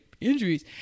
injuries